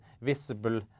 visible